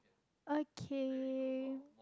okay